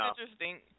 interesting